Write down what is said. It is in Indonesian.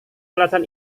alasan